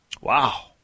wow